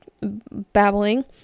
babbling